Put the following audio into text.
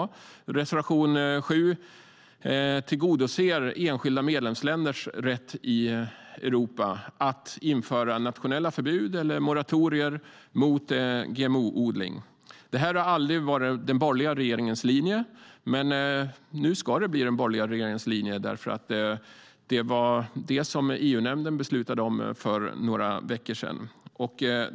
I reservation 7 tillgodoser vi enskilda medlemsländers rätt i Europa att införa nationella förbud eller moratorier mot GMO-odling. Det här har aldrig varit den borgerliga regeringens linje, men nu ska det bli den borgerliga regeringens linje eftersom EU-nämnden beslutade det för några veckor sedan.